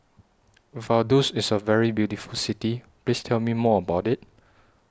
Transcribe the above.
Vaduz IS A very beautiful City Please Tell Me More about IT